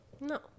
No